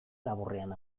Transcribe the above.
laburrean